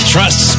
Trust